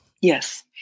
Yes